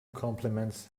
compliments